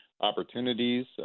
opportunities